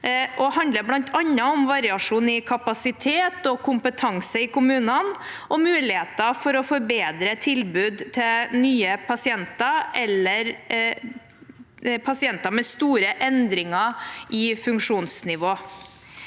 og handler bl.a. om variasjon i kapasitet og kompetanse i kommunene, og muligheter for å forberede tilbud til nye pasienter eller pasienter med stor endring i funksjonsnivå.